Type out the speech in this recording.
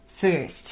First